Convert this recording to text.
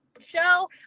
Show